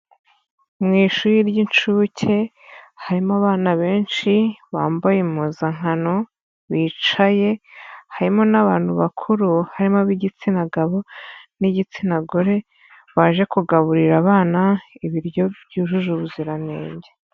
Mu ishuri ry'inshuke harimo abana benshi bambaye impuzankano bicaye, harimo n'abantu bakuru, harimo ab'igitsina gabo n'igitsina gore, baje kugaburira abana ibiryo byujuje ubuziranenge.